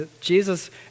Jesus